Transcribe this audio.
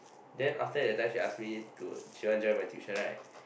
then after that time she ask me to she want join my tuition right